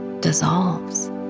dissolves